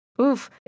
Oof